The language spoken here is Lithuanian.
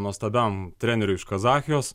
nuostabiam treneriui iš kazachijos